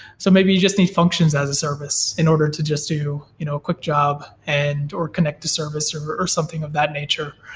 so maybe you just need functions as a service in order to just do you know a quick job and or connect to service, or or something of that nature.